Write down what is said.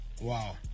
Wow